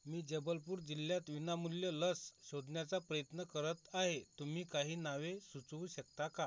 मी जबलपूर जिल्ह्यात विनामूल्य लस शोधण्याचा प्रयत्न करत आहे तुम्ही काही नावे सुचवू शकता का